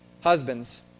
husbands